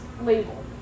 label